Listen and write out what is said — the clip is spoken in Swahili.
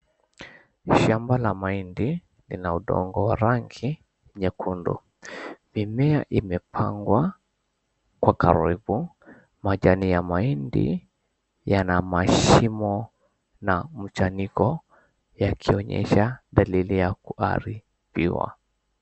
Shamba la mahindi lina udongo rangi nyekundu. Mimea imepangwa kwa karibu, majani ya mahindi yana mashimo na mchaniko yakionyesha dalili ya kuharibiwa.